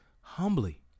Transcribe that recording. humbly